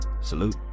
Salute